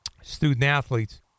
student-athletes